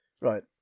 Right